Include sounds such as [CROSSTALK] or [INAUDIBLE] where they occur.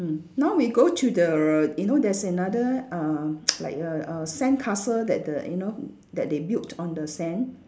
mm now we go to the you know there's another uh [NOISE] like a a sandcastle that the you know that they built on the sand